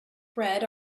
bread